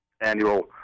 annual